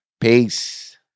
Peace